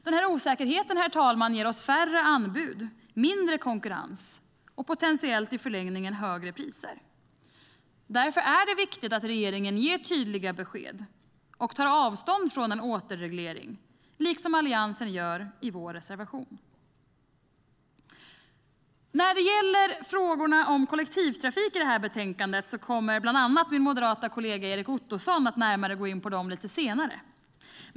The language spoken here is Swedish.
Denna osäkerhet ger oss färre anbud, mindre konkurrens och potentiellt i förlängningen högre priser. Därför är det viktigt att regeringen tydligt tar avstånd från en återreglering, liksom vi i Alliansen gör i vår reservation. När det gäller frågorna om kollektivtrafik i det här betänkandet kommer bland andra min moderata kollega Erik Ottoson att närmare gå in på dem lite senare.